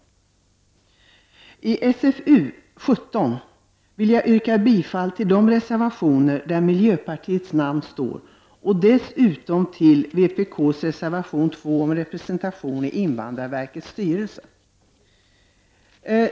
När det gäller socialförsäkringsutskottets betänkande 17 vill jag yrka bifall till de reservationer som miljöpartiets representant i utskottet står bakom. Dessutom vill jag yrka bifall till vpk:s reservation nr 2 om representationen i invandrarverkets styrelse.